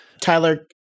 Tyler